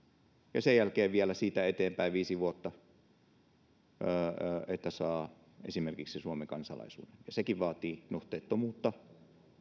ja sen jälkeen vaaditaan vielä siitä eteenpäin viisi vuotta siihen että saa esimerkiksi suomen kansalaisuuden ja sekin vaatii nuhteettomuutta